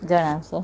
જણાવશો